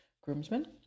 groomsmen